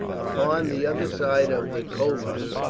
upon the other side of the kolrun,